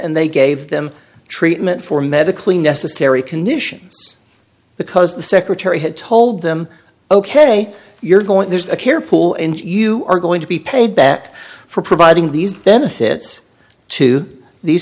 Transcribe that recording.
and they gave them treatment for medically necessary conditions because the secretary had told them ok you're going there's a care pool and you are going to be paid back for providing these benefits to these